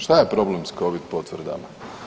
Što je problem s Covid potvrdama?